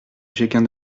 jegun